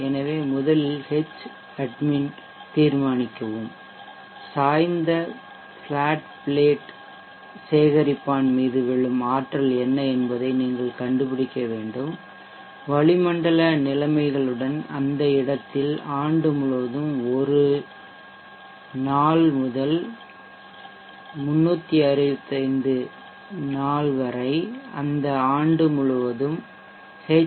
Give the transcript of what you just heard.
எனவே முதலில் ஹெச் அட்மின் தீர்மானிக்கவும் சாய்ந்த பிளாட் பிளேட் சேகரிப்பான் மீது விழும் ஆற்றல் என்ன என்பதை நீங்கள் கண்டுபிடிக்க வேண்டும் வளிமண்டல நிலைமைகளுடன் அந்த இடத்தில் ஆண்டு முழுவதும் நாள் 1 முதல் 365 வரை அந்த ஆண்டு முழுவதும் ஹெச்